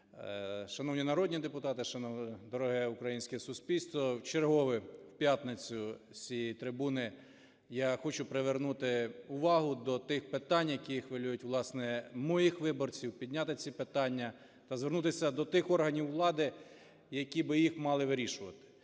Шановні народні депутати, дороге українське суспільство, в чергове в п'ятницю з цієї трибуни я хочу привернути увагу до тих питань, які хвилюють, власне, моїх виборців, підняти ці питання та звернутися до тих органів влади, які би їх мали вирішувати.